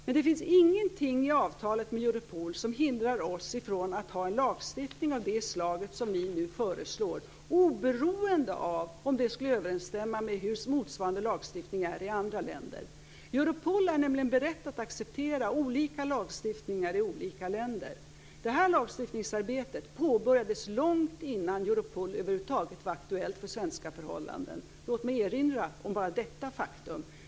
Men det finns ingenting i avtalet med Europol som hindrar oss från att ha en lagstiftning av det slag som vi nu föreslår, oberoende av om den skulle överensstämma med motsvarande lagstiftning i andra länder eller inte. Europol är nämligen berett att acceptera olika lagstiftningar i olika länder. Det här lagstiftningsarbetet påbörjades långt innan Europol över huvud taget var aktuellt för svenska förhållanden. Låt mig erinra om detta faktum.